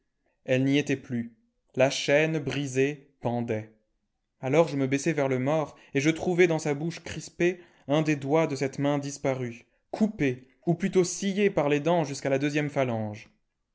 elle n'y était plus la chaîne brisée pendait alors je me baissai vers le mort et je trouvai dans sa bouche crispée un des doigts de cette main disparue coupé ou plutôt scié par les dents juste à la deuxième phalange